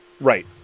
Right